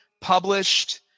published